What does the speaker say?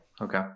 okay